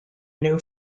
new